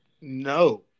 No